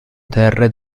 terre